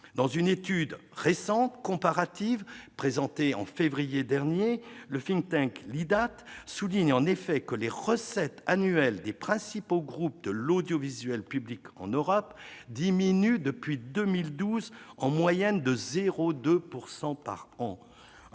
Dans une étude récente comparative présentée en février dernier, le Idate souligne en effet que les recettes annuelles des principaux groupes de l'audiovisuel public en Europe diminuent depuis 2012 en moyenne de 0,2 % par an.